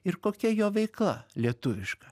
ir kokia jo veikla lietuviška